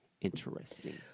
interesting